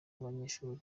n’abanyeshuri